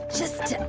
just to